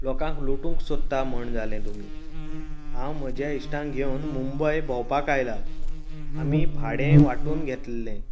लोकांक लुटूंक सोदता म्हण जाले तुमी हांव म्हजे इश्टांक घेवन मुंबय भोंवपाक आयलां आमी भाडें वाटून घेतलेलें